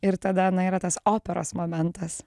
ir tada na yra tas operos momentas